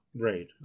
Right